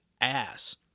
ass